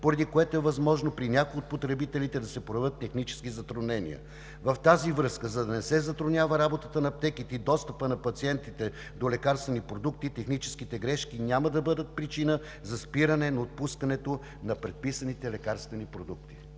поради което е възможно при някои от потребителите да се проявят технически затруднения. В тази връзка, за да не се затруднява работата на аптеките и достъпът на пациентите до лекарствени продукти, техническите грешки няма да бъдат причина за спиране на отпускането на предписаните лекарствени продукти.